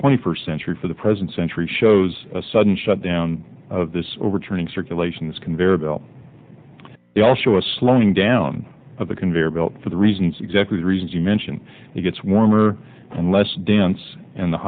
twenty first century for the present century shows a sudden shutdown of this overturning circulations conveyor belt he also a slowing down of the conveyor belt for the reasons exactly the reasons you mentioned he gets warmer and less dense in the